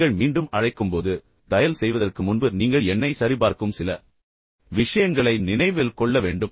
நீங்கள் மீண்டும் அழைக்கும்போது டயல் செய்வதற்கு முன்பு நீங்கள் எண்ணை சரிபார்க்கும் சில விஷயங்களை நினைவில் கொள்ள வேண்டும்